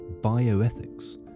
bioethics